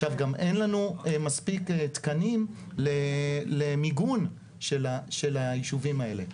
עכשיו גם אין לנו מספיק תקנים למיגון של היישובים האלה.